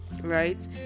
right